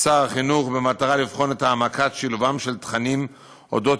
שר החינוך במטרה לבחון את העמקת שילובם של תכנים על אודות